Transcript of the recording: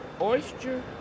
oyster